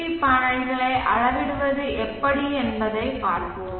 we பேனல்களை அளவிடுவது எப்படி என்பதைப் பார்ப்போம்